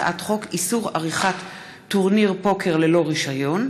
הצעת חוק לעידוד השקעות הון בחקלאות (תיקון מס' 8),